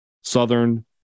Southern